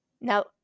Now